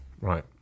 Right